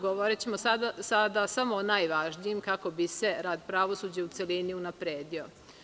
Govorićemo sada o najvažnijim kako bi se rad pravosuđa u celini unapredio.